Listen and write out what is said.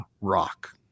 rock